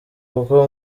kuko